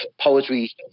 poetry